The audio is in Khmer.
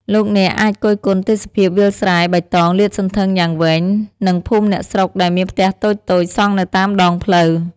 លោកអ្នកអាចគយគន់ទេសភាពវាលស្រែបៃតងលាតសន្ធឹងយ៉ាងវែង និងភូមិអ្នកស្រុកដែលមានផ្ទះតូចៗសង់នៅតាមដងផ្លូវ។